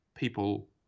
People